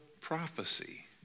prophecy